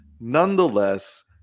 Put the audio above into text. Nonetheless